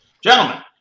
Gentlemen